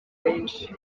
benshi